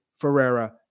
Ferreira